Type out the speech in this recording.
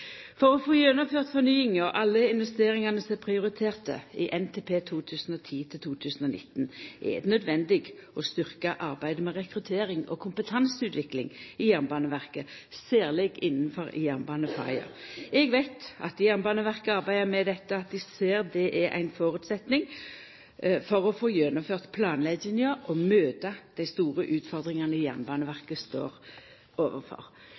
For å få gjennomført fornyinga og alle investeringane som er prioriterte i NTP 2010–2019, er det nødvendig å styrkja arbeidet med rekruttering og kompetanseutvikling i Jernbaneverket, særleg innanfor jernbanefaga. Eg veit at Jernbaneverket arbeider med dette, og at dei ser at det er ein føresetnad for å få gjennomført planlegginga og møta dei store utfordringane Jernbaneverket står overfor.